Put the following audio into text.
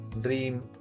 dream